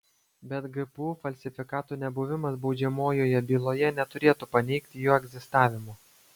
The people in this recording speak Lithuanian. bet gpu falsifikato nebuvimas baudžiamojoje byloje neturėtų paneigti jo egzistavimo